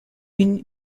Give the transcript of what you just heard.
une